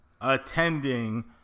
attending